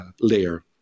layer